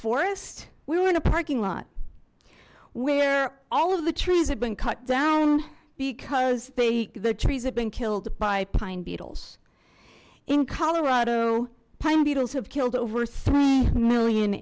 forest we were in a parking lot where all of the trees have been cut down because they the trees have been killed by pine beetles in colorado pine beetles have killed over three million